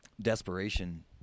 desperation